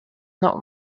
not